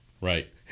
Right